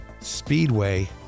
Speedway